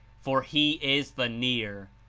for he is the near,